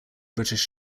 british